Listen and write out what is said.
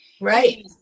Right